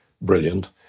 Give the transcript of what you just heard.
brilliant